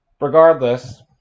Regardless